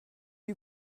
you